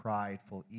Prideful